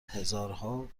هزارها